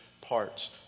parts